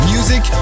Music